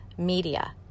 media